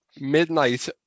midnight